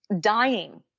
dying